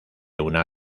una